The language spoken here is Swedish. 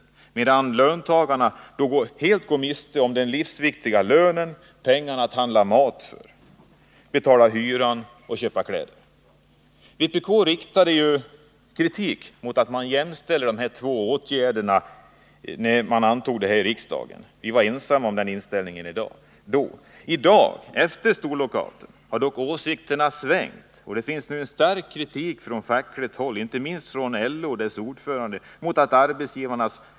medan löntagarna därvid helt går miste om den livsviktiga lönen — pengar att handla mat för. att betala hyran med. att köpa kläder för etc. Vpk riktade när dessa två åtgärder jämställdes här i riksdagen kritik mot detta. Vi var då ensamma om denna inställning. I dag, efter storlockouten. har dock åsikterna svängt. och det finns nu en stark kritik från fackligt håll. inte minst från LO och dess ordförande.